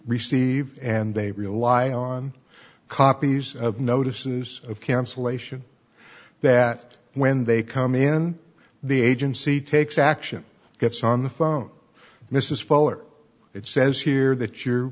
receive and they rely on copies of notices of cancellation that when they come in the agency takes action gets on the phone misses faller it says here that you